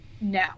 No